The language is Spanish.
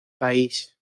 país